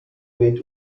gate